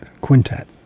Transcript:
Quintet